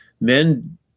men